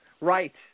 Right